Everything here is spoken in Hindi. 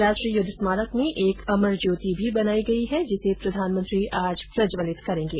राष्ट्रीय युद्ध स्मारक में एक अमर ज्योति भी बनाई गई है जिसे प्रधानमंत्री आज प्रज्वलित करेंगे